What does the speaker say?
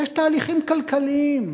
יש תהליכים כלכליים,